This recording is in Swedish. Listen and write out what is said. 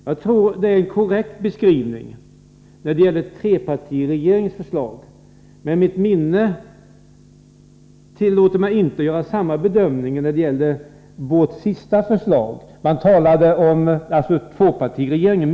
Jag tror att det är en korrekt beskrivning när det gäller trepartiregeringens förslag. Men såvitt jag förstår kan man inte göra samma bedömning när det gäller det sista förslaget, som lades fram av mittenregeringen.